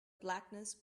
blackness